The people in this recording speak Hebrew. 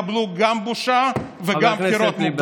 תקבלו גם בושה וגם בחירות מוקדמות.